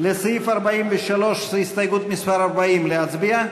לסעיף 43, הסתייגות מס' 40, להצביע?